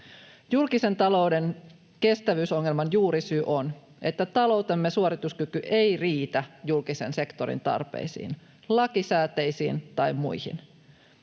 Julkisen talouden kestävyysongelman juurisyy on, että taloutemme suorituskyky ei riitä julkisen sektorin tarpeisiin, lakisääteisiin tai muihin.